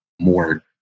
more